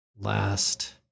last